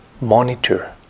monitor